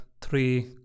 three